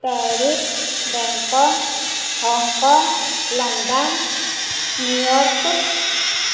Paris Bangkok Hong Kong London New York